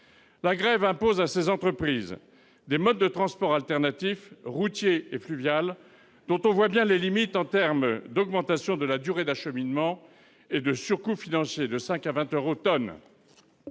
de ce secteur de recourir à des modes de transport alternatifs, routiers et fluviaux, dont on voit bien les limites en termes d'augmentation de la durée d'acheminement et de surcoût financier- entre 5 et 20 euros par tonne.